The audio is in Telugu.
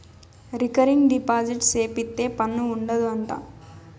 రికరింగ్ డిపాజిట్ సేపిత్తే పన్ను ఉండదు అంట